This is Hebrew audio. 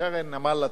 ישר לנמל לטקיה.